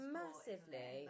massively